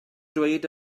dweud